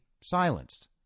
silenced